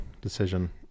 decision